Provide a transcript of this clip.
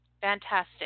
Fantastic